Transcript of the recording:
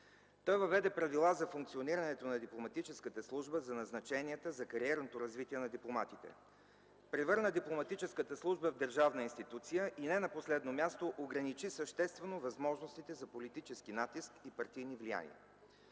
Той въведе правила за функционирането на Дипломатическата служба, за назначенията, за кариерното развитие на дипломатите. Превърна Дипломатическата служба в държавна институция и не на последно място ограничи съществено възможностите за политически натиск и партийни влияния.